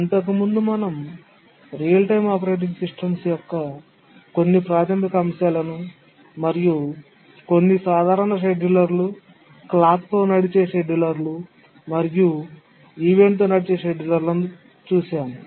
ఇంతకుముందు మనం real time operating systems యొక్క కొన్ని ప్రాథమిక అంశాలను మరియు కొన్ని సాధారణ షెడ్యూలర్లు క్లాక్ తో నడిచే షెడ్యూలర్లు మరియు ఈవెంట్ తో నడిచే షెడ్యూలర్లను చూశాము